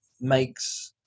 makes